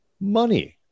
money